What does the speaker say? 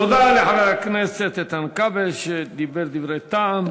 תודה לחבר הכנסת איתן כבל, שדיבר דברי טעם.